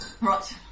Right